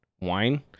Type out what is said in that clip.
Wine